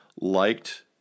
liked